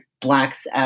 Blacks